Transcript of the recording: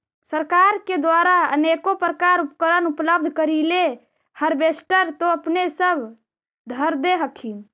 सरकार के द्वारा अनेको प्रकार उपकरण उपलब्ध करिले हारबेसटर तो अपने सब धरदे हखिन?